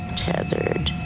tethered